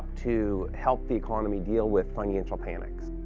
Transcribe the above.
to help the economy deal with financial panics.